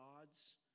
gods